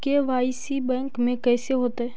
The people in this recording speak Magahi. के.वाई.सी बैंक में कैसे होतै?